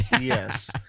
Yes